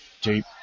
deep